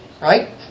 right